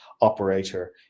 operator